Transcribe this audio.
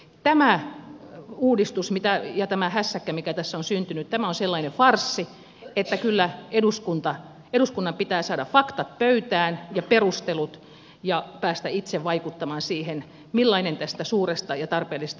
tämä uudistus ja tämä hässäkkä mikä tässä on syntynyt on sellainen farssi että kyllä eduskunnan pitää saada faktat pöytään ja perustelut ja päästä itse vaikuttamaan siihen millainen tästä suuresta ja tarpeellisesta uudistuksesta tulee